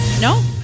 No